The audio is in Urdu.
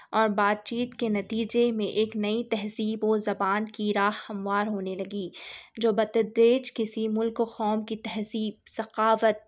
اور بات چیت کے نتیجے میں ایک نئی تہذیب و زبان کی راہ ہموار ہونے لگی جو بتدریج کسی مُلک و قوم کی تہذیب ثقافت